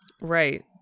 right